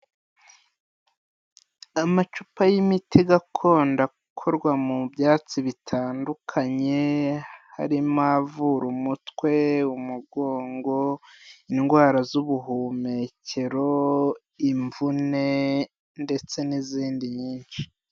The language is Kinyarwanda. Amacupa y'imiti gakondo akorwa mu byatsi bitandukanye, harimo avura umutwe, umugongo, indwara z'ubuhumekero, imvune ndetse n'izindi nyinshi.